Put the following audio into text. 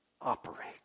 operate